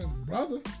brother